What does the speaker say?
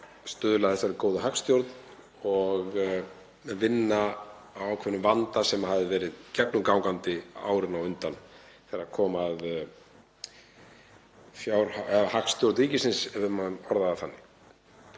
stuðla að þessari góðu hagstjórn og vinna á ákveðnum vanda sem hafði verið gegnumgangandi árin á undan þegar kom að hagstjórn ríkisins ef ég má orða það þannig.